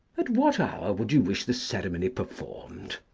at what hour would you wish the ceremony performed?